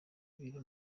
biri